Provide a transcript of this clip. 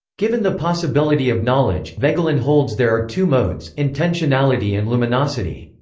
given the possibility of knowledge, voegelin holds there are two modes intentionality and luminosity.